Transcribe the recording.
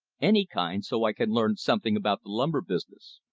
any kind, so i can learn something about the lumber business.